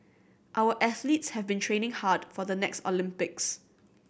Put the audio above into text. our athletes have been training hard for the next Olympics